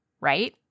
right